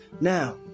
Now